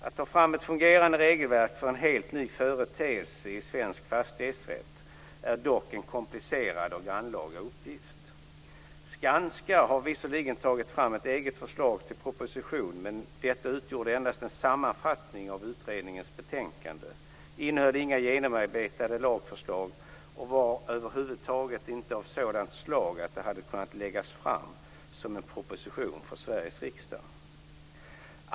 Att ta fram ett fungerande regelverk för en helt ny företeelse i svensk fastighetsrätt är dock en komplicerad och grannlaga uppgift. Skanska har visserligen tagit fram ett eget förslag till proposition, men detta utgjorde endast en sammanfattning av utredningens betänkande, innehöll inga genomarbetade lagförslag och var över huvud taget inte av sådant slag att det hade kunnat läggas fram som en proposition för Sveriges riksdag.